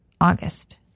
August